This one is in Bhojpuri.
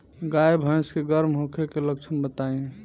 गाय भैंस के गर्म होखे के लक्षण बताई?